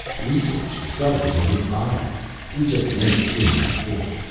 research discovered it in his biog we just made the dream come true.